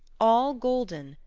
all golden,